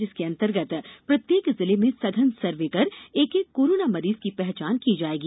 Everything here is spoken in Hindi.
जिसके अंतर्गत प्रत्येक जिले में सघन सर्वे कर एक एक कोरोना मरीज की पहचान की जाएगी